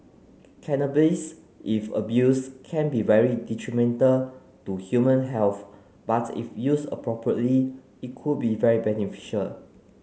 cannabis if abused can be very detrimental to human health but if used appropriately it could be very beneficial